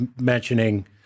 mentioning